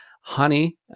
Honey